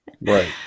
Right